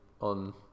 on